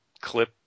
clip